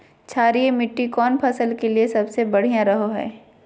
क्षारीय मिट्टी कौन फसल के लिए सबसे बढ़िया रहो हय?